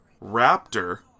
Raptor